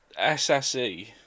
SSE